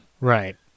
right